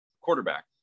quarterback